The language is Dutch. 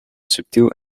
subtiel